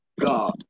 god